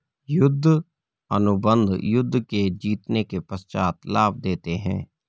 युद्ध अनुबंध युद्ध के जीतने के पश्चात लाभ देते हैं